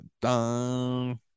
dun